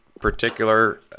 particular